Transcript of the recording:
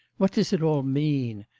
what does it all mean?